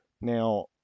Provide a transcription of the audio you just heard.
Now